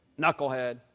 Knucklehead